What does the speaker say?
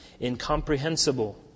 incomprehensible